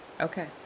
okay